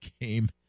game